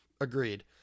Agreed